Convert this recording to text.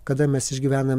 kada mes išgyvenam